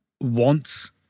wants